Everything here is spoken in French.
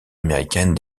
américaine